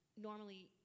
normally